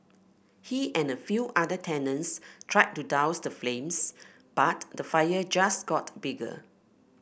he and a few other tenants tried to douse the flames but the fire just got bigger